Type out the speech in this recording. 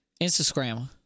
Instagram